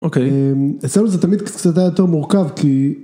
אוקיי. אצלנו זה תמיד קצת היה יותר מורכב כי...